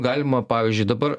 galima pavyzdžiui dabar